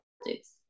Projects